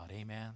Amen